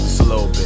slow